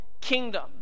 kingdom